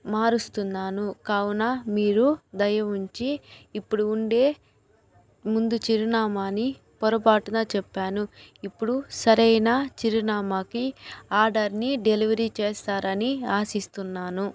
మారుస్తున్నాను కావున మీరు దయవుంచి ఇప్పుడు ఉండే ముందు చిరునామాని పొరపాటున చెప్పాను ఇప్పుడు సరైన చిరునామాకి ఆర్డర్ ని డెలివరీ చేస్తారని ఆశిస్తున్నాను